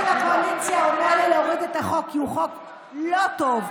צד אחד של הקואליציה אומר לי להוריד את החוק כי הוא חוק לא טוב,